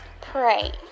pray